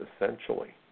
essentially